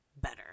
better